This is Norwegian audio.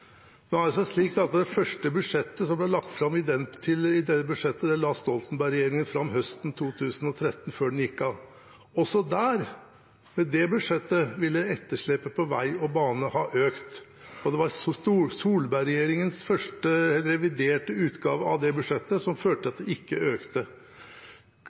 Nå har det seg slik at det første budsjettet som ble lagt fram i forbindelse med den, la Stoltenberg-regjeringen fram høsten 2013, før den gikk av. Også der, ved det budsjettet, ville etterslepet på vei og bane ha økt. Det var Solberg-regjeringens reviderte utgave av det budsjettet som førte til at det ikke økte.